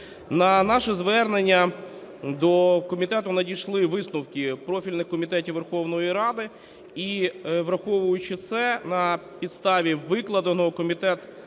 На наше звернення до комітету надійшли висновки профільних комітетів Верховної Ради і, враховуючи це, на підставі викладеного, Комітет